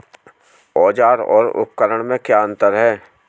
औज़ार और उपकरण में क्या अंतर है?